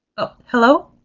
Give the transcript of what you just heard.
oh? hello?